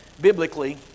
biblically